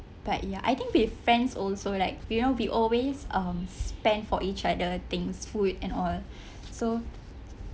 but ya I think with friends also like you know we always um spend for each other things food and all so